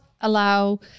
allow